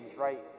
right